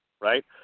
right